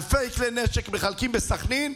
אלפי כלי נשק מחלקים בסח'נין,